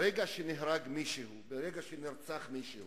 ברגע שנהרג מישהו, ברגע שנרצח מישהו,